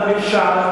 נביל שעת',